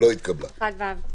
או שהם מממנים את כל השאר.